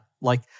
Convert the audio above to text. like-